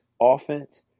offense